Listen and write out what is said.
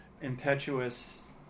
impetuous